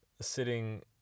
sitting